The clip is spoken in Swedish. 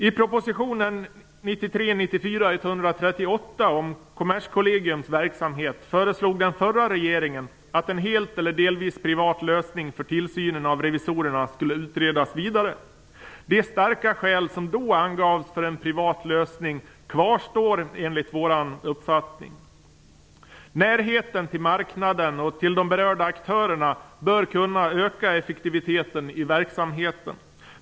I prop. 1993/94:138 om Kommerskollegiums verksamhet föreslog den förra regeringen att en helt eller delvis privat lösning för tillsynen av revisorerna skulle utredas vidare. De starka skäl som då angavs för en privat lösning kvarstår enligt vår uppfattning. Närheten till marknaden och till de berörda aktörerna bör kunna öka effektiviteten i verksamheten.